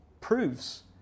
proves